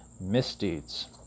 misdeeds